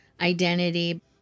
identity